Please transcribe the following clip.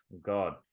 God